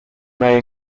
may